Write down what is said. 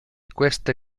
queste